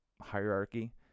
hierarchy